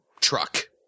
truck